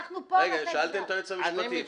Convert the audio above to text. הנה, אני שואל את היועץ המשפטי.